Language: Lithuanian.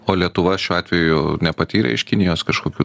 o lietuva šiuo atveju nepatyrė iš kinijos kažkokių